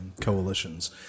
coalitions